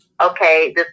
okay